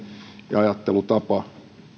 ja ajattelutapa